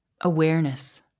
awareness